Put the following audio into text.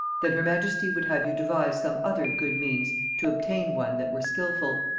then her majesty would have you devise some other good means to obtain one that were skilful.